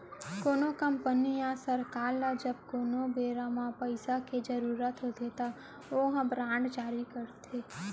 कोनो कंपनी या सरकार ल जब कोनो बेरा म पइसा के जरुरत होथे तब ओहा बांड जारी करथे